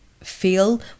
feel